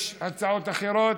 יש הצעות אחרות?